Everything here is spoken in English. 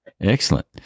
excellent